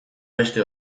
beste